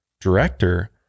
director